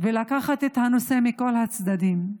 לקחת את הנושא מכל הצדדים.